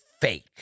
fake